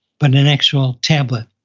but an actual tablet.